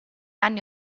anni